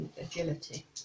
Agility